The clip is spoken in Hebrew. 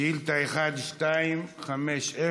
שאילתה מס' 1250: